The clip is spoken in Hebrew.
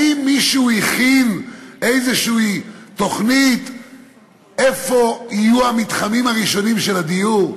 האם מישהו הכין איזושהי תוכנית איפה יהיו המתחמים הראשונים של הדיור?